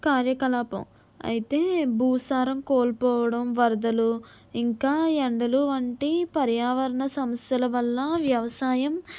కార్యకలాపం అయితే భూసారం కోల్పోవడం వరదలు ఇంకా ఎండలు వంటి పర్యావరణ సమస్యల వల్ల వ్యవసాయం